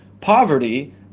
poverty –